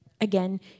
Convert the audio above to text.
Again